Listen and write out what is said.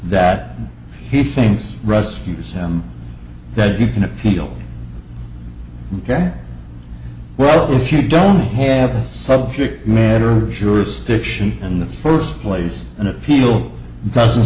that he things rescues him that you can appeal ok well if you don't have the subject matter jurisdiction in the first place an appeal doesn't